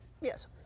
Yes